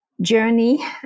journey